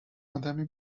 آدمی